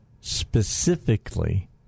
specifically